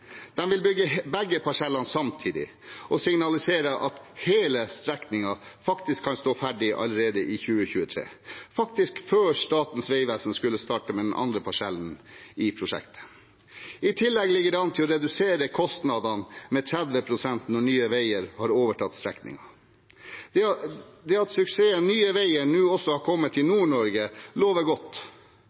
vil bygge begge parsellene samtidig og signaliserer at hele strekningen kan stå ferdig allerede i 2023 – faktisk før Statens vegvesen skulle starte på den andre parsellen i prosjektet. I tillegg ligger det an til at kostnadene blir redusert med 30 pst. når Nye veier har overtatt strekningen. At suksessen Nye veier nå også kommer til Nord-Norge, lover godt,